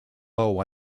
low